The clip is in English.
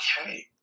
okay